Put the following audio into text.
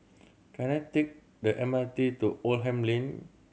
can I take the M R T to Oldham Lane